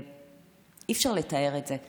אי-אפשר לתאר את זה.